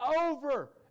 over